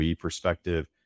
perspective